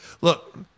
Look